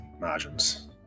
margins